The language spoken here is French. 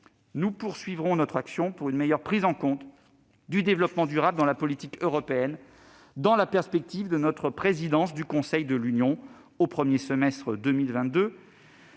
Nous poursuivrons notre action pour une meilleure prise en compte du développement durable dans la politique européenne dans la perspective de notre présidence du Conseil de l'Union au premier semestre de 2022.